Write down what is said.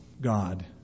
God